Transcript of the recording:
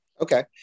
Okay